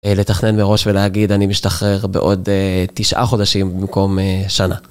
לתכנן מראש ולהגיד אני משתחרר בעוד תשעה חודשים במקום שנה.